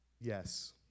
Yes